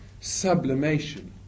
sublimation